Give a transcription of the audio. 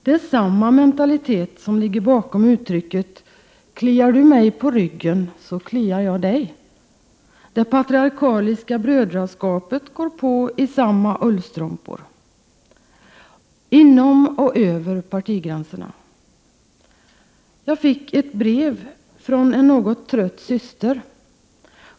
Det är samma mentalitet som ligger bakom uttrycket ”kliar du mig på ryggen, så kliar jag dig”. Det patriarkaliska brödraskapet går på i samma gamla ullstrumpor, inom och över partigränserna. Jag fick ett brev från en något trött ”syster”.